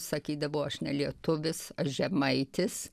sakydavo aš ne lietuvis aš žemaitis